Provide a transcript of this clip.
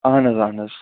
اہن حظ اہن حظ